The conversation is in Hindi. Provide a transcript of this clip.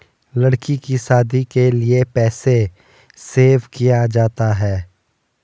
लड़की की शादी के लिए पैसे सेव किया जाता है